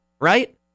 right